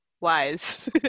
wise